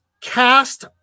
cast